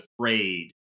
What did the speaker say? afraid